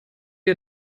wir